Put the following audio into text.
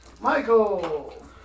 Michael